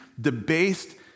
debased